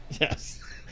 yes